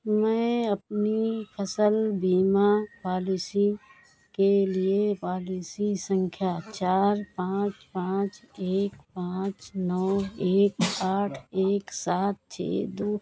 मैं अपनी फ़सल बीमा पॉलिसी के लिए पॉलिसी सँख्या चार पाँच पाँच एक पाँच नौ एक आठ एक सात छह दो के साथ अपनी सम्पर्क जानकारी कैसे अपडेट कर सकता हूँ